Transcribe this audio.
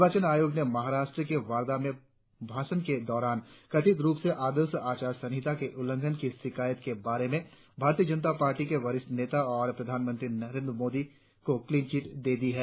निर्वाचन आयोग ने महाराष्ट्र के वर्धा में भाषण के दौरान कथित रुप से आदर्श आचार संहिता के उल्लंघन की शिकायत के बारे में भारतिय जनता पार्टी के वरिष्ठ नेता और और प्रधानमंत्री नरेंद्र मोदी को क्लिन चिट दे दी है